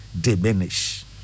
diminish